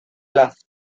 las